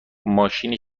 ماشین